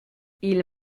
ils